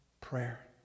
prayer